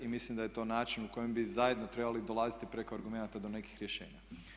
I mislim da je to način u kojem bi zajedno trebali dolaziti preko argumenata do nekih rješenja.